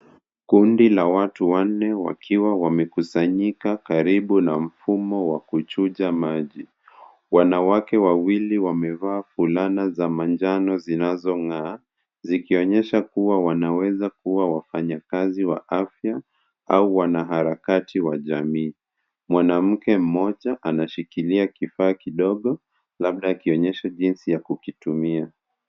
Kundi la watu wanne wakiwa wamekusanyika karibu na mfumo wa kuchunja maji. Wanawake wawili wamevaa fulana za manjano zinazong'aa, zikionyesha kuwa wanaweza kuwa wafanyakazi wa afya au wanaharakati wa jamii. Mwanamke mmoja anashikilia kifaa kidogo labda akionyesha jinsi ya kukitumia.